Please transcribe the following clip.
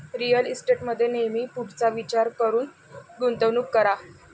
real इस्टेटमध्ये नेहमी पुढचा विचार करून गुंतवणूक करा